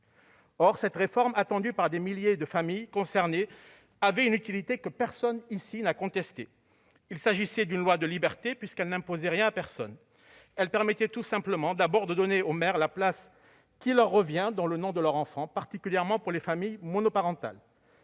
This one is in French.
Or cette réforme, attendue par les milliers de familles concernées, avait une utilité que personne, ici, n'a contestée. Il s'agissait d'une loi de liberté, puisqu'elle n'imposait rien à personne. Elle permettait tout simplement, d'abord, de donner aux mères la place qui leur revient dans le nom de leurs enfants, particulièrement dans le cadre des familles monoparentales.